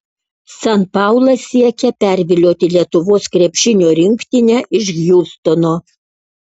san paulas siekia pervilioti lietuvos krepšinio rinktinę iš hjustono